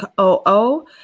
OO